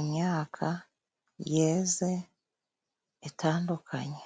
imyaka yeze itandukanye.